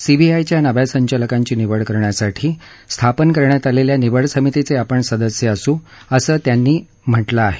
सीबीआयच्या नव्या संचालकांची निवड करण्यासाठी स्थापन केलेल्या निवड समितीचे आपण सदस्य असू असं त्यांनी म्हांत आहे